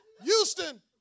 Houston